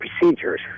procedures